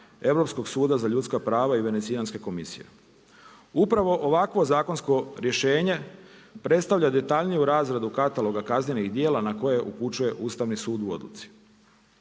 Europskog suda za ljudska prava i Venecijanske komisije. Upravo ovakvo zakonsko rješenje predstavlja detaljniju razradu kataloga kaznenih djela na koje upućuje Ustavni sud u odluci.